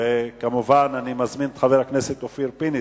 כמובן, אני מזמין את חבר הכנסת אופיר פינס-פז,